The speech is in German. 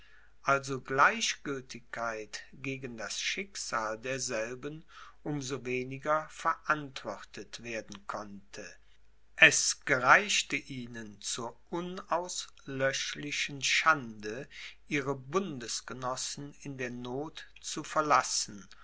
also gleichgültigkeit gegen das schicksal derselben um so weniger verantwortet werden konnte es gereichte ihnen zur unauslöschlichen schande ihre bundesgenossen in der noth zu verlassen